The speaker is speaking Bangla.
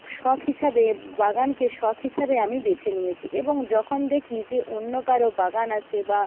শখ হিসাবে বাগানকে শখ হিসাবে আমি বেছে নিয়েছি এবং যখন দেখি যে অন্য কারো বাগান আছে বা